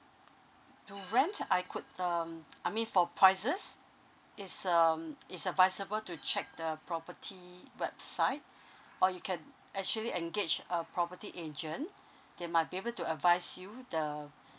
to rent I could um I mean for prices it's um it's advisable to check the property website or you can actually engage a property agent they might be able to advise you the